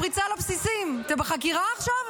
הפריצה לבסיסים, אתם בחקירה עכשיו?